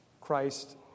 Christ